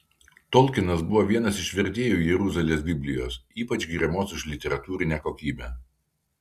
tolkinas buvo vienas iš vertėjų jeruzalės biblijos ypač giriamos už literatūrinę kokybę